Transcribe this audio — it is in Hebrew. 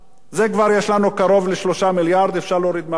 כבר יש לנו קרוב ל-3 מיליארד, אפשר להוריד מה-14.